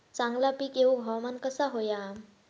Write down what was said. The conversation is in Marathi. चांगला पीक येऊक हवामान कसा होया?